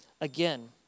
again